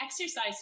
exercise